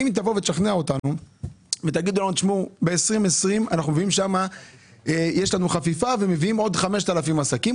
אם היא תשכנע אותנו שב-2020 יש לנו חפיפה ומביאים עוד 5,000 עסקים,